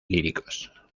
líricos